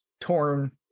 torn